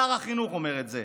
שר החינוך אומר את זה.